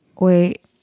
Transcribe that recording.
wait